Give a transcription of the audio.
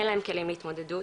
אין להם כלים להתמודדות.